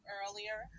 earlier